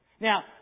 Now